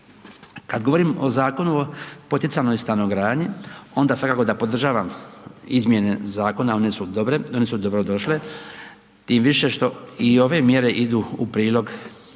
Kad govorim o Zakonu o poticajnoj stanogradnji onda svakako da podržavam izmjene zakona one su dobre, one su dobrodošle. Tim više što i ove mjere idu u prilog budućim